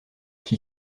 qui